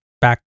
back